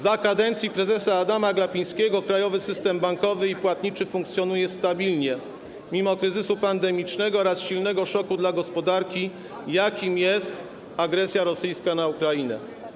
Za kadencji prezesa Adama Glapińskiego krajowy system bankowy i płatniczy funkcjonuje stabilnie mimo kryzysu pandemicznego oraz silnego szoku dla gospodarki, jakim jest agresja rosyjska na Ukrainę.